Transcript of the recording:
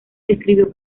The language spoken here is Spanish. escribió